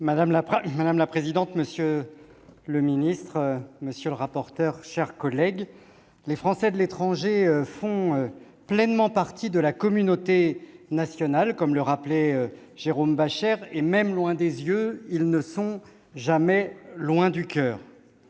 Madame la présidente, monsieur le secrétaire d'État, mes chers collègues, les Français de l'étranger font pleinement partie de la communauté nationale, comme le rappelait Jérôme Bascher. Même loin des yeux, ils ne sont jamais loin du coeur.